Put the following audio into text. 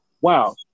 wow